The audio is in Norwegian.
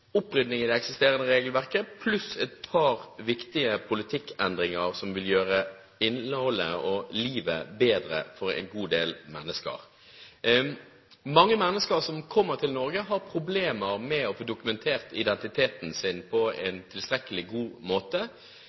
opprydning i det eksisterende regelverket pluss et par viktige politikkendringer som vil gjøre livet bedre for en god del mennesker. Mange mennesker som kommer til Norge, har problemer med å få dokumentert identiteten sin på en tilstrekkelig god måte.